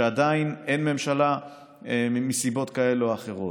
אי-אפשר לתלות אותו רק בעובדה שעדיין אין ממשלה מסיבות כאלה או אחרות.